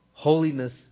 Holiness